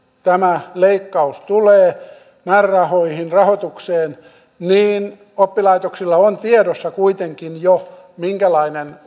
tämä leikkaus tulee määrärahoihin rahoitukseen niin oppilaitoksilla on tiedossa kuitenkin jo minkälainen